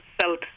felt